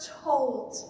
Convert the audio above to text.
told